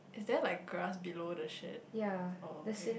is there like glass below the shade oh okay